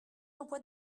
emplois